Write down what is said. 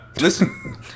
Listen